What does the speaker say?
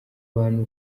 abantu